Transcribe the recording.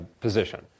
position